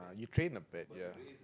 he trained a bat ya